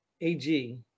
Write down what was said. AG